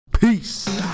Peace